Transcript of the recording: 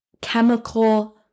chemical